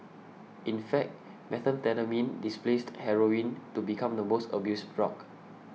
in fact methamphetamine displaced heroin to become the most abused drug